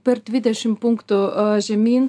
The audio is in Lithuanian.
per dvidešim punktų žemyn